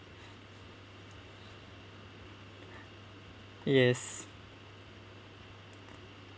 yes